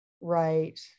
Right